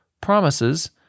promises